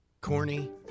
Corny